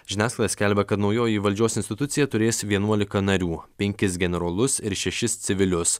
žiniasklaida skelbia kad naujoji valdžios institucija turės vienuolika narių penkis generolus ir šešis civilius